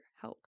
help